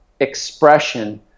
expression